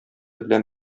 белән